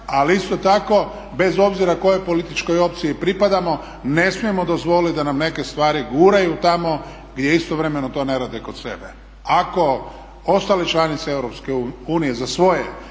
Ali isto tako bez obzira kojoj političkoj opciji pripadamo ne smijemo dozvoliti da nam neke stvari guraju tamo gdje istovremeno to ne rade kod sebe. Ako ostale članice Europske